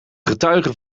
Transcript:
getuige